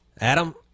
Adam